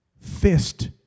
fist